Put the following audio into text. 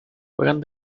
juegan